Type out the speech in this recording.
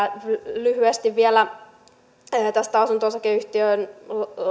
lyhyesti vielä tästä asunto osakeyhtiön